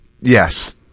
yes